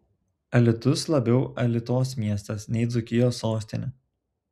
alytus labiau alitos miestas nei dzūkijos sostinė